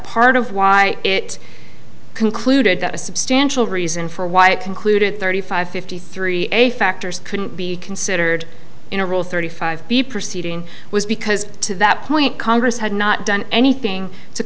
part of why it concluded that a substantial reason for why it concluded thirty five fifty three a factors couldn't be considered in a rule thirty five b proceeding was because to that point congress had not done anything to